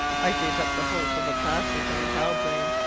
i gave up the hope of a passage on the halbrane,